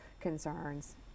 concerns